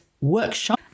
workshop